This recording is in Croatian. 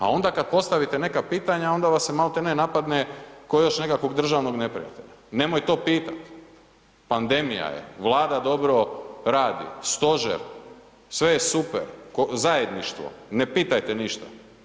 A onda kad postavite neka pitanja, onda vas se malti ne napadne ko još nekakvog državnog neprijatelja, nemoj to pitat, pandemija je, Vlada dobro radi, stožer, sve je super, zajedništvo, ne pitajte ništa.